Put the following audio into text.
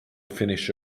finish